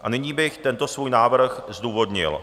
A nyní bych tento svůj návrh zdůvodnil.